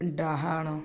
ଡାହାଣ